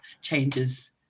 changes